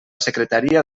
secretaria